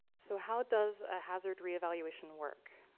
so how does a hazard re-evaluation work?